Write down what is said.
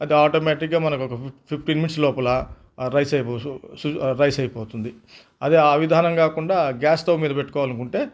అది ఆటోమేటిగ్గా మనకొక ఫిఫ్టీన్ మినిట్స్ లోపల రైసయ్ రైసయ్పోతుంది అదే ఆ విధానం కాకుండా గ్యాస్ స్టవ్ మీద పెట్టుకోవాలనుకుంటే